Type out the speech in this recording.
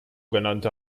genannte